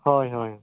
ᱦᱳᱭ ᱦᱳᱭ